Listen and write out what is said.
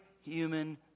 human